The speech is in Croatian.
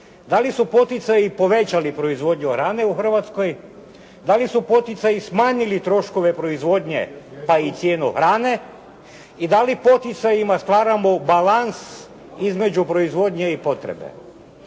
Da li su poticaji povećali proizvodnju hrane u Hrvatskoj, da li su poticaji smanjili troškove proizvodnje, pa i cijenu hrane i da li poticajima stvaramo balans između proizvodnje i potrebe.